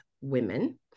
women